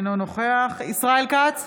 אינו נוכח ישראל כץ,